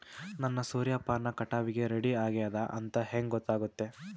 ನನ್ನ ಸೂರ್ಯಪಾನ ಕಟಾವಿಗೆ ರೆಡಿ ಆಗೇದ ಅಂತ ಹೆಂಗ ಗೊತ್ತಾಗುತ್ತೆ?